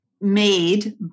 made